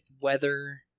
weather